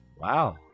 Wow